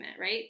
right